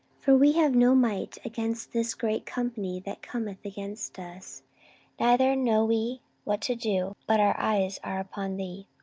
for we have no might against this great company that cometh against us neither know we what to do but our eyes are upon thee.